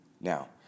Now